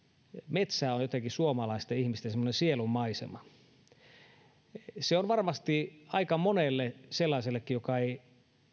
metsä on jotenkin suomalaisten ihmisten sielunmaisema varmasti aika monelle sellaisellekin joka ei